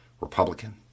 Republican